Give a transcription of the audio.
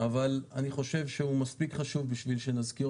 אבל אני חושב שהוא מספיק חשוב בשביל שנזכיר